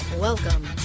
Welcome